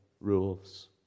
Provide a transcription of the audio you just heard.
rules